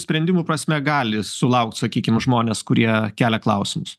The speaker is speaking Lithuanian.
sprendimų prasme gali sulaukt sakykim žmonės kurie kelia klausimus